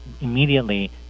immediately